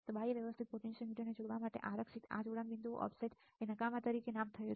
બાહ્ય વ્યવસ્થિત પોટેન્શિઓમીટરને જોડવા માટે આરક્ષિત આ જોડાણ બિંદુઓ ઓફસેટ નકામા તરીકે નામ થયેલ છે